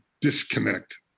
disconnect